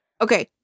Okay